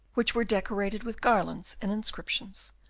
which were decorated with garlands and inscriptions,